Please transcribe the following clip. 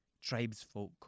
tribesfolk